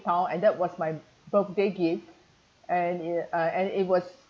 town and that was my birthday gift and uh uh and it was